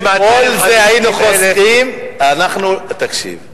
כל זה היינו חוסכים, יש 250,000, תקשיב.